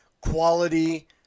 quality